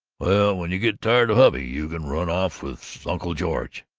well, when you get tired of hubby, you can run off with uncle george.